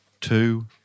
Two